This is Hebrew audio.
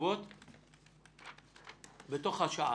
בסביבות בתוך השעה.